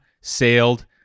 sailed